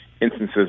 instances